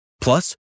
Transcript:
Plus